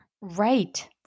Right